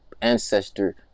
ancestor